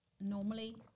Normally